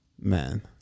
Man